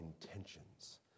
intentions